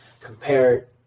compare